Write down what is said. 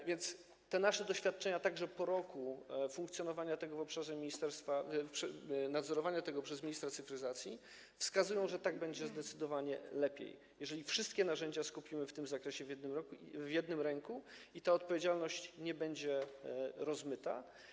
A więc te nasze doświadczenia także po roku funkcjonowania tego w obszarze ministerstwa, nadzorowania tego przez ministra cyfryzacji, wskazują, że będzie zdecydowanie lepiej, jeżeli wszystkie narzędzia skupimy w tym zakresie w jednym roku w jednym ręku i ta odpowiedzialność nie będzie rozmyta.